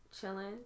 chilling